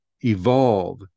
evolve